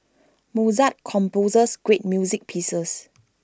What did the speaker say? Mozart composed great music pieces